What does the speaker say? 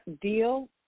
deal